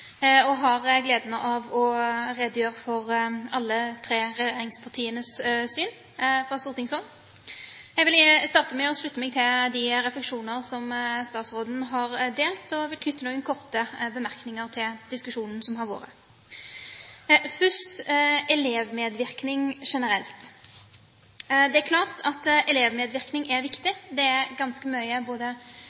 alle de tre regjeringspartienes syn fra stortingshold. Jeg vil starte med å slutte meg til de refleksjoner som statsråden har delt, og vil knytte noen korte bemerkninger til diskusjonen som har vært. Først til elevmedvirkning generelt: Det er klart at elevmedvirkning er viktig. Det er ganske mye